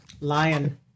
Lion